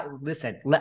listen